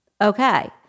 Okay